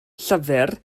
llyfr